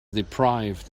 deprived